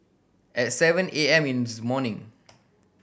at seven A M in this morning